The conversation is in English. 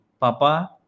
Papa